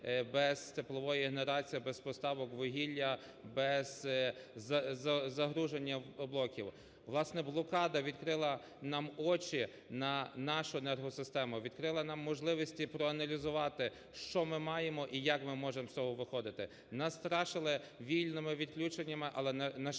без теплової генерації, без поставок вугілля, без загруження ….блоків. Власне, блокада відкрила нам очі на нашу енергосистему, відкрила нам можливості проаналізувати, що ми маємо і як ми можемо з цього виходити. Нас страшили віяловими відключеннями, але, на щастя,